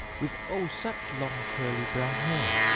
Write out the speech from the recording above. with oh, such long curly brown hair!